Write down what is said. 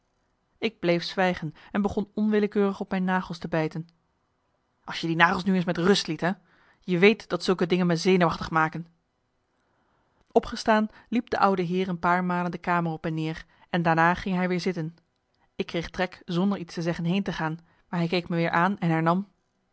ik bleef zwijgen en begon onwillekeurig op mijn nagels te bijten als je die nagels nu eens met rust liet hè je weet dat zulke dingen me zenuwachtig maken opgestaan liep de oude heer een paar malen de kamer op en neer daarna ging hij weer zitten ik kreeg trek zonder iets te zeggen heen te gaan maar hij keek me weer aan en